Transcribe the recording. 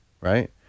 right